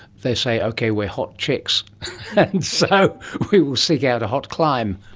they say, okay, we're hot chicks, and so we will seek out a hot clime.